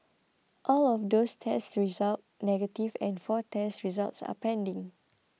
all of those test result negative and four test results are pending